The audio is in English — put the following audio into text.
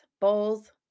bowls